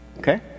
Okay